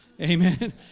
Amen